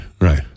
right